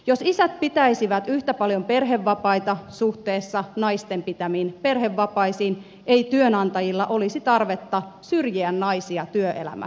jos isät pitäisivät yhtä paljon perhevapaita suhteessa naisten pitämiin perhevapaisiin ei työnantajilla olisi tarvetta syrjiä naisia työelämässä